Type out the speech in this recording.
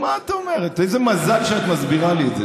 אמרתם שתבדקו את עצמכם.